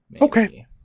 Okay